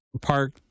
park